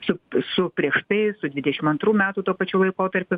su su prieš tai su dvidešim antrų metų tuo pačiu laikotarpiu